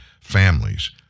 families